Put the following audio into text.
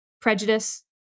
prejudice